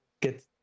get